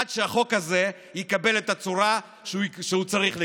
עד שהחוק הזה יקבל את הצורה שהוא צריך לקבל,